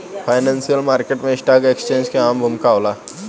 financial market में stock exchange के अहम भूमिका होला